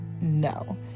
No